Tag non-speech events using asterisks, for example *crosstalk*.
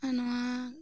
*unintelligible* ᱱᱚᱣᱟ